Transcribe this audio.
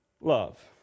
love